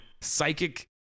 psychic